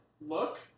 Look